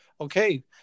Okay